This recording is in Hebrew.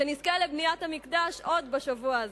שנזכה לבניית המקדש עוד בשבוע הזה.